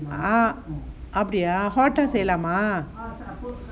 ah அப்படியா:appadiya hot ah செய்யலாமா:seyyalaama